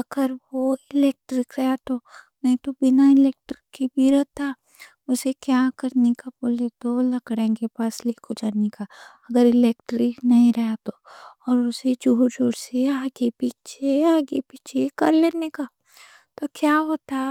اگر وہ الیکٹرک رہا تو۔ نہیں تو بِنا الیکٹرک کی بھی رہتا، اسے کیا کرنے کا بولے تو لکڑی کے پاس لے کو جانے کا اگر الیکٹرک نہیں رہا تو۔ اور اسے جھٹ جھٹ سے آگے پیچھے، آگے پیچھے کر لینے کا۔ تو کیا ہوتا،